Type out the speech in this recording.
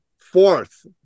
Fourth